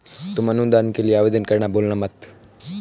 तुम अनुदान के लिए आवेदन करना भूलना मत